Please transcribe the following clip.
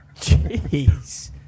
Jeez